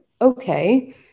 Okay